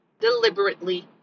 deliberately